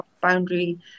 boundary